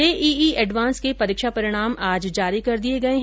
JEE advance के परीक्षा परिणाम आज जारी कर दिये गये है